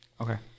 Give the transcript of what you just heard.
Okay